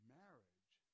marriage